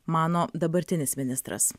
mano dabartinis ministras